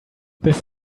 this